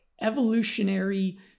evolutionary